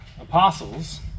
apostles